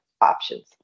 options